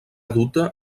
duta